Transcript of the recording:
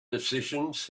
decisions